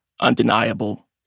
undeniable